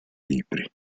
libri